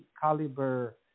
caliber